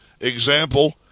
Example